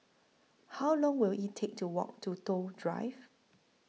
How Long Will IT Take to Walk to Toh Drive